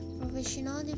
professional